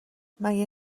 مگه